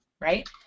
right